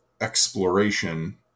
exploration